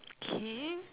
K